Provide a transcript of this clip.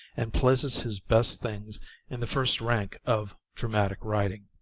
and places his best things in the first rank of dramatic writing.